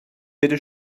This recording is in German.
bitte